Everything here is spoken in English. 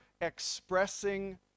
expressing